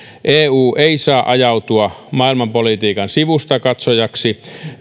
eu ei saa ajautua maailmanpolitiikan sivustakatsojaksi